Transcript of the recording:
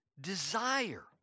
desire